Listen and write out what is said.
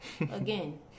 Again